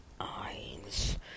eyes